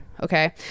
Okay